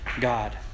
God